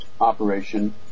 operation